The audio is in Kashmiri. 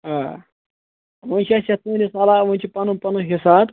آ وۄنۍ چھِ اسہِ یَتھ عَلاو وۄنۍ چھُ پنُن پنُن حساب